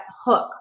hook